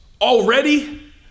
already